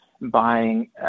buying